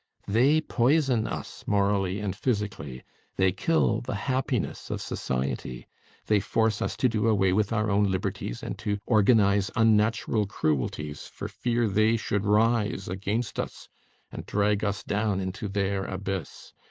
they poison us morally and physically they kill the happiness of society they force us to do away with our own liberties and to organize unnatural cruelties for fear they should rise against us and drag us down into their abyss.